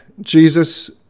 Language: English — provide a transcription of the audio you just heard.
Jesus